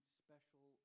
special